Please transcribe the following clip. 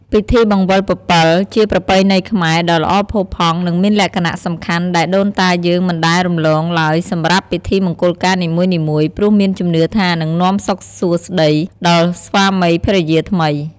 ពិធីបង្វិលពពិល ជាប្រពៃណីខ្មែរដ៏ល្អផូរផង់ និងមានលក្ខណៈសំខាន់ដែលដូនតាយើងមិនដែលរំលងឡើយសម្រាប់ ពិធីមង្គលការនីមួយៗ ព្រោះមានជំនឿថានឹងនាំសុខសួស្តី ដល់ស្វាមីភរិយាថ្មី ។